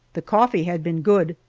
the coffee had been good,